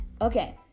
okay